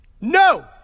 No